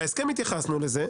בהסכם התייחסנו לזה,